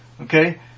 Okay